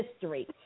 history